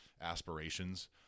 aspirations